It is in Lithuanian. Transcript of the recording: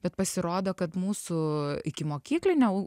bet pasirodo kad mūsų ikimokyklinio u